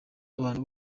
abantu